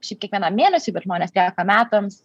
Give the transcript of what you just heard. šiaip kiekvienam mėnesiui bet žmonės perka metams